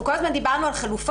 אנחנו כל הזמן דיברנו על חלופות,